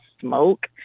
smoke